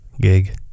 gig